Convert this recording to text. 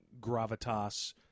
gravitas